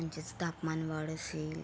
म्हणजेच तापमान वाढ असेल